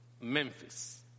Memphis